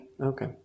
Okay